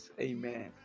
Amen